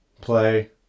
Play